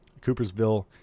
Coopersville